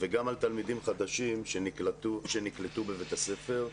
וגם על תלמידים חדשים שנקלטו בבית הספר.